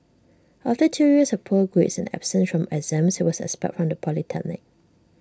after two years of poor grades and absence from exams he was expelled from the polytechnic